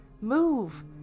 Move